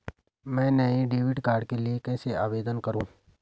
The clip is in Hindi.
मैं नए डेबिट कार्ड के लिए कैसे आवेदन करूं?